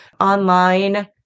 online